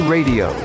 Radio